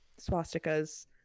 swastikas